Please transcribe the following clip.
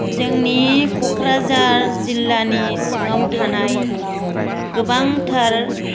जोंनि क'क्राझार जिल्लानि सिङाव थानाय गोबांथार